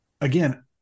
again